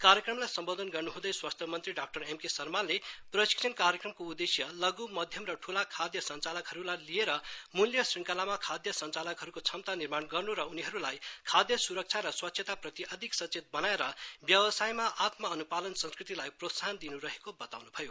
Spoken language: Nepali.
कार्यक्रमलाई सम्बोधन गर्नुहँदै स्वास्थ मन्त्री डा एम के शर्माले प्रशिक्षण कार्योक्रमको उदेश्य लघु मध्यम र ठूला खाद्य संचालकहरूलाई लिएर मूल्य श्रृंखलामा खाद्य संचालकहरूको क्षमता निर्माण गर्नु र उनीहरूलाई खाद्य सुरक्षा र स्वच्छतामाथि अधिक सचेत बनाएर व्यावसायमा आत्मअनुपालन संस्कृतिलाई प्रोत्साहन दिनु रहेको बताउनु भयो